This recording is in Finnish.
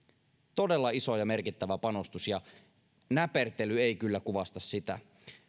todella iso ja merkittävä panostus ja näpertely ei kyllä kuvasta sitä